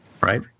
Right